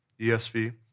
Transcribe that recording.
ESV